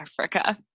Africa